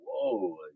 whoa